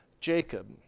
Jacob